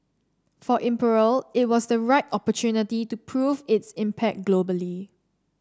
for Imperial it was the right opportunity to prove its impact globally